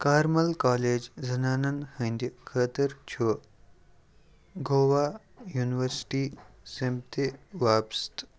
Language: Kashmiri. کارمَل کالیج زنانَن ہٕنٛدِ خٲطٕر چھُ گوٚوا یوٗنیوَرسِٹی سٮ۪متھہِ وابستہٕ